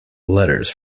letters